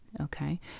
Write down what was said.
Okay